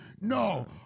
No